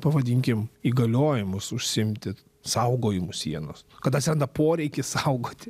pavadinkim įgaliojimus užsiimti saugojimu sienos kada atsiranda poreikis saugoti